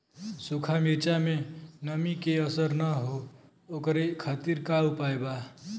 सूखा मिर्चा में नमी के असर न हो ओकरे खातीर का उपाय बा?